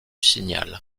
signal